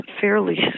fairly